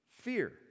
fear